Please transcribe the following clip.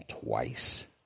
twice